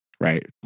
right